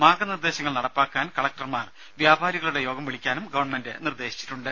മാർഗനിർദേശങ്ങൾ നടപ്പാക്കാൻ കളക്ടർമാർ വ്യാപാരികളുടെ യോഗം വിളിക്കാനും ഗവൺമെന്റ് നിർദേശിച്ചിട്ടുണ്ട്